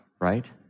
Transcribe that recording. right